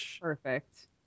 Perfect